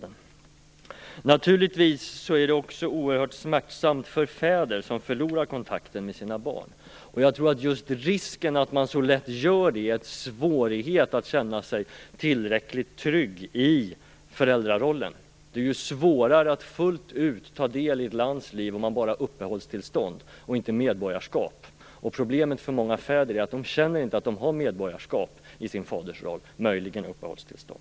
Det är naturligtvis också oerhört smärtsamt för fäder att förlora kontakten med sina barn. Anledningen till att man så lätt gör det är att det finns en svårighet att känna sig tillräckligt trygg i föräldrarollen. Det är svårare att fullt ut ta del av ett land om man bara har uppehållstillstånd och inte medborgarskap. Problemet för många fäder är att de inte känner att de har ett medborgarskap i sin fadersroll. Möjligen känner de att de har ett uppehållstillstånd.